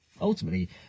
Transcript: ultimately